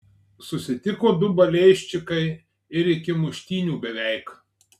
susitiko du balėjščikai ir iki muštynių beveik